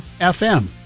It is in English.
FM